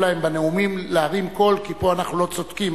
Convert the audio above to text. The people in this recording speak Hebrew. להם בנאומים להרים קול כי פה אנחנו לא צודקים,